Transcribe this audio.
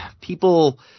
people